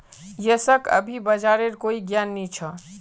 यशक अभी बाजारेर कोई ज्ञान नी छ